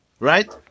Right